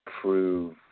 prove